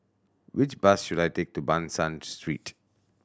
which bus should I take to Ban San Street